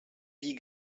dix